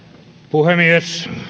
puhemies